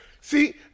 See